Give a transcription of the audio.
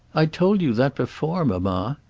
i told you that before, mamma.